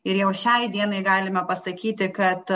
ir jau šiai dienai galime pasakyti kad